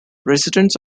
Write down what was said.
residents